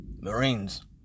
Marines